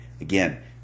Again